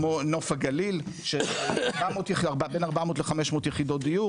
כמו נוף הגליל בין 400-500 יחידות דיור